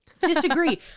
Disagree